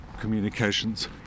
communications